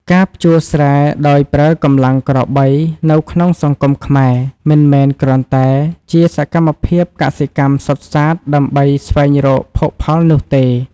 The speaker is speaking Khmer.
ការភ្ជួរស្រែដោយប្រើកម្លាំងក្របីនៅក្នុងសង្គមខ្មែរ មិនមែនគ្រាន់តែជាសកម្មភាពកសិកម្មសុទ្ធសាធដើម្បីស្វែងរកភោគផលនោះទេ។